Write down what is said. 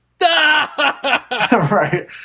Right